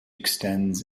extends